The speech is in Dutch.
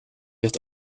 ligt